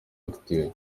active